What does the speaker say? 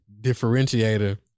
differentiator